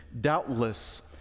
doubtless